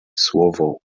słowo